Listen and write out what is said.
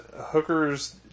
hookers